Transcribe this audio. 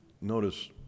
Notice